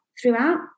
Throughout